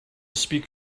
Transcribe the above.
speak